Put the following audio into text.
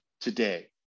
today